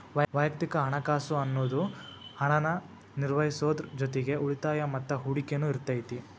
ವಯಕ್ತಿಕ ಹಣಕಾಸ್ ಅನ್ನುದು ಹಣನ ನಿರ್ವಹಿಸೋದ್ರ್ ಜೊತಿಗಿ ಉಳಿತಾಯ ಮತ್ತ ಹೂಡಕಿನು ಇರತೈತಿ